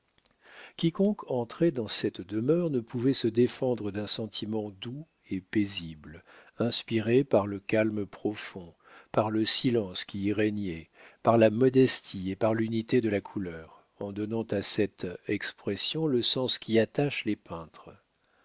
quiconque entrait dans cette demeure ne pouvait se défendre d'un sentiment doux et paisible inspiré par le calme profond par le silence qui y régnait par la modestie et par l'unité de la couleur en donnant à cette expression le sens qu'y attachent les peintres